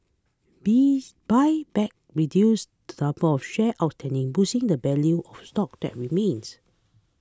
be buybacks reduce the number of shares outstanding boosting the value of stock that remains